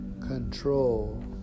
control